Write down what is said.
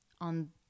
on